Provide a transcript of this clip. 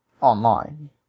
online